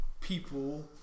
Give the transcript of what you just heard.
people